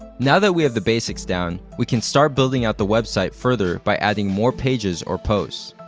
now that we have the basics down, we can start building out the website further by adding more pages or posts.